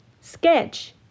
Sketch